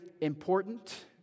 important